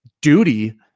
duty